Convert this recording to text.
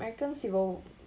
american civil